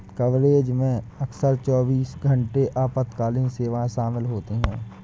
coverage में अक्सर चौबीस घंटे आपातकालीन सेवाएं शामिल होती हैं